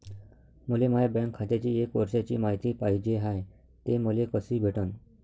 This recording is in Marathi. मले माया बँक खात्याची एक वर्षाची मायती पाहिजे हाय, ते मले कसी भेटनं?